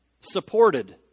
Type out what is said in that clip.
supported